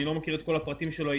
אני לא מכיר את כל הפרטים שלו היטב.